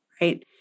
Right